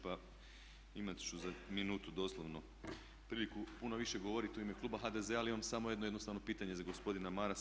Pa imat ću za minutu doslovno priliku puno više govoriti u ime kluba HDZ-a, ali imam samo jedno jednostavno pitanje za gospodina Marasa.